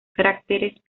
cráteres